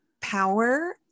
power